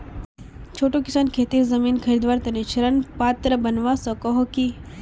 छोटो किसान खेतीर जमीन खरीदवार तने ऋण पात्र बनवा सको हो कि?